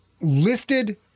listed